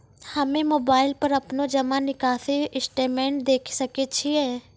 हम्मय मोबाइल पर अपनो जमा निकासी स्टेटमेंट देखय सकय छियै?